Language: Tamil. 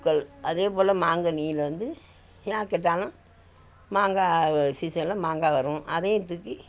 பூக்கள் அதேபோல் மாங்கனியில் வந்து யார் கேட்டாலும் மாங்காய் சீசனில் மாங்காய் வரும் அதையும் தூக்கி